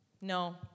No